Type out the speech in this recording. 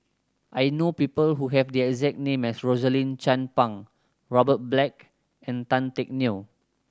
I know people who have the exact name as Rosaline Chan Pang Robert Black and Tan Teck Neo